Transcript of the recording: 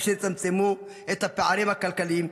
אשר יצמצמו את הפערים הכלכליים,